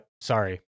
sorry